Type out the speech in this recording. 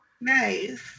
Nice